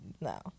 no